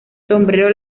sombrero